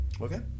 Okay